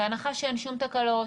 בהנחה שאין שום תקלות,